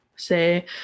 say